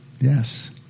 Yes